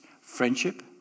Friendship